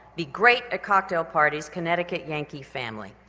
be great at cocktail parties connecticut yankee family.